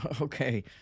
okay